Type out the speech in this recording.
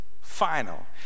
final